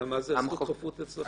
מהי זכות החפות אצלכם?